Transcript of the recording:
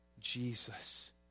Jesus